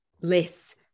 less